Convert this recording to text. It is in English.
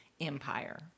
empire